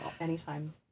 anytime